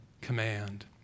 command